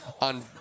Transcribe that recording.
on